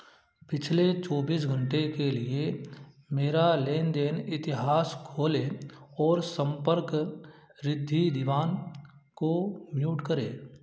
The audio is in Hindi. पिछले चौबीस घंटे के लिए मेरा लेन देन इतिहास खोलें और संपर्क रिद्धि दीवान को म्यूट करें